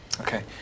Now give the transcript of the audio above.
Okay